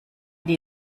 die